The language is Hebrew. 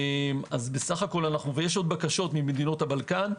יש עוד בקשות ממדינות הבלקן.